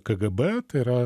kgb tai yra